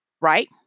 Right